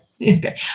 Okay